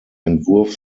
entwurf